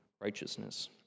righteousness